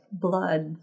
blood